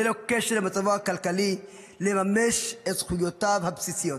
ללא קשר למצבו הכלכלי לממש את זכויותיו הבסיסיות.